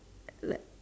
uh like